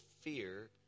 fear